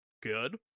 good